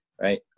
right